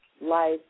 life